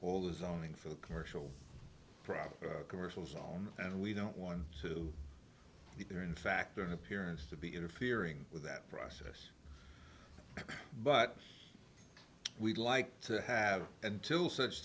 all the zoning for the commercial product commercials on and we don't want to be there in fact an appearance to be interfering with that process but we'd like to have until such